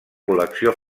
col·lecció